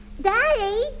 Daddy